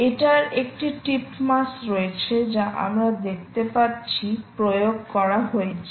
এটির একটি টিপ মাস রয়েছে যা আমরা দেখতে পাচ্ছি প্রয়োগ করা হয়েছে